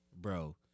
bro